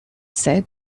said